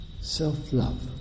self-love